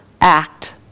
act